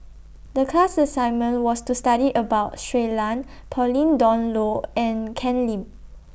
The class assignment was to study about Shui Lan Pauline Dawn Loh and Ken Lim